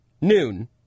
noon